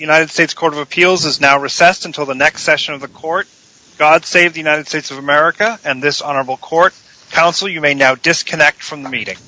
united states court of appeals is now recessed until the next session of the court god save the united states of america and this honorable court counsel you may now disconnect from the meeting